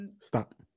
Stop